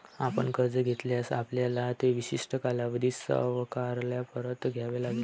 आपण कर्ज घेतल्यास, आपल्याला ते विशिष्ट कालावधीत सावकाराला परत द्यावे लागेल